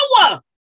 power